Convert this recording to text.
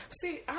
See